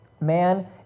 Man